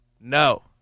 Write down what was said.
no